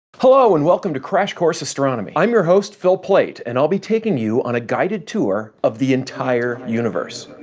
hello, and welcome to crash course astronomy! i'm your host, phil plait, and i'll be taking you on a guided tour of the entire universe.